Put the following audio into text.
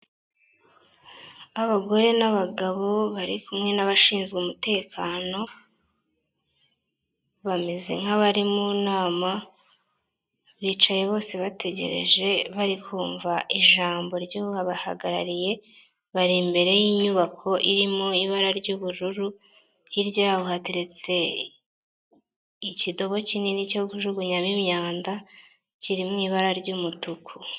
Abagore n'abagabo bari kumwe n'abashinzwe umutekano, bameze nk'abari mu nama, bicaye bose bategereje bari kumva ijambo ry'ubahagarariye, bari imbere y'inyubako irimo ibara ry'ubururu, hirya yaho hateretse ikidobo kinini cyo kujugunyamo imyanda, kiri mu ibara ry'umutuku.